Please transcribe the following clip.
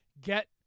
get